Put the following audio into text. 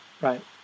right